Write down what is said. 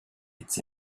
its